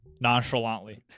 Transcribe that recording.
nonchalantly